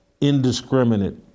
indiscriminate